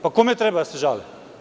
Pa, kome treba da se žale?